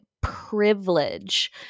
privilege